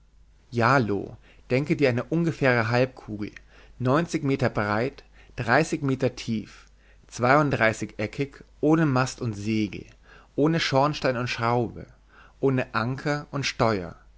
ja loo denke dir eine ungefähre halbkugel neunzig meter breit dreißig meter tief zweiunddreißigeckig ohne mast und segel ohne schornstein und schraube ohne anker und steuer